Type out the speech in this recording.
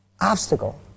obstacle